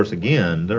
again,